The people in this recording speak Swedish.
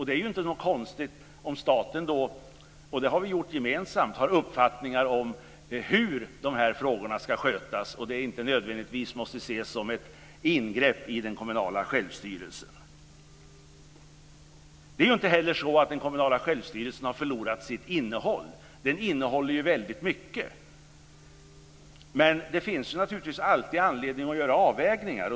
Det är då inte konstigt om man från statens sida har uppfattningar om hur dessa frågor ska skötas och att det inte nödvändigtvis måste ses som ett ingrepp i den kommunala självstyrelsen. Det är inte heller så att den kommunala självstyrelsen har förlorat sitt innehåll. Den innehåller ju väldigt mycket. Men det finns naturligtvis alltid anledning att göra avvägningar.